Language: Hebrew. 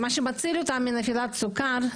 מה שמציל אותה מנפילת סוכר.